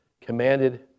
commanded